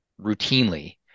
routinely